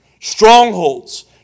strongholds